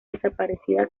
desaparecida